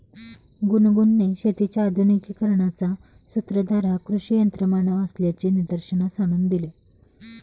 गुनगुनने शेतीच्या आधुनिकीकरणाचा सूत्रधार हा कृषी यंत्रमानव असल्याचे निदर्शनास आणून दिले